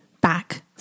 back